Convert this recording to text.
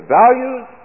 values